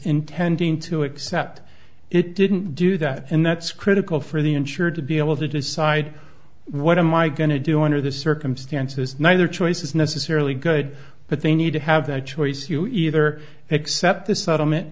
intending to except it didn't do that and that's critical for the insured to be able to decide what am i going to do under the circumstances neither choice is necessarily good but they need to have the choice you either accept the settlement